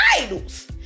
idols